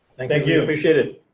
thank you. appreciate it.